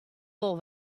wol